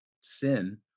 sin